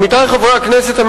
עמיתי חברי הכנסת,